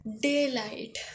Daylight